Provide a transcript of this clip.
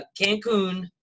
Cancun